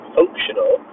functional